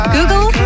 Google